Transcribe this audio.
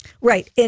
Right